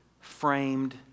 framed